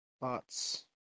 Lots